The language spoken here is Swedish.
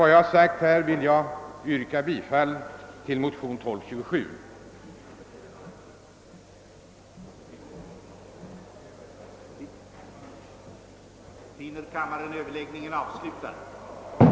Med det sagda ber jag att få yrka bifall till motion II: 1227.